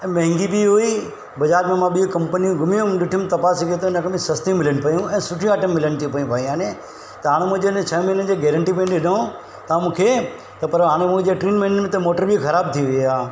ऐं महांगी बि हुई बज़ारि मां ॿियूं कंपनियूं घुमी आयुमि ॾिठमि त पास जॻहि त अघ में सस्ती मिलनि पयूं ऐं सुठी आइटम मिलनि थियूं पयूं बई आने त मुंहिंजे न छह महिने जे गारंटी में ॾिनो तव्हां मूंखे त पर हाणे मुंहिंजे टिनि महिननि में त मोटरु बि ख़राबु थी वई आहे